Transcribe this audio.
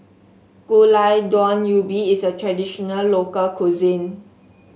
Gulai Daun Ubi is a traditional local cuisine